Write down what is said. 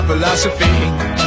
philosophy